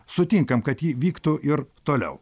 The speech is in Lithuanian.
sutinkam kad ji vyktų ir toliau